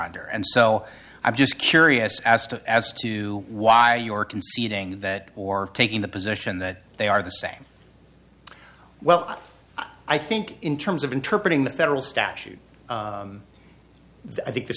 under and so i'm just curious as to as to why you're conceding that or taking the position that they are the same well i think in terms of interpret the federal statute i think th